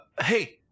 hey